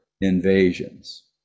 invasions